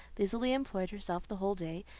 busily employed herself the whole day,